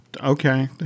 Okay